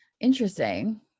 Interesting